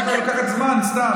לוקחת זמן, סתם.